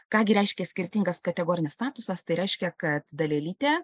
ką gi reiškia skirtingas kategorinis statusas tai reiškia kad dalelytė